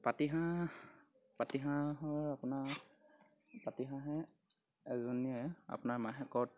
পাতিহাঁহ পাতিহাঁহৰ আপোনাৰ পাতিহাঁহে এজনীয়ে আপোনাৰ মাহেকত